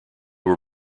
were